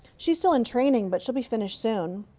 she's still in training, but she'll be finished soon.